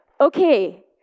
okay